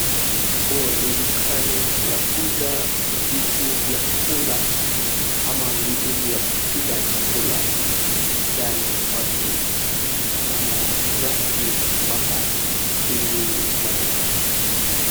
Huu ni dukani la kuuza vitu za kukula ama vitu vya kupika chakula. Yaani watu wanafurahi kupata hizi maduka.